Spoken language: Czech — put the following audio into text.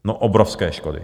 No obrovské škody!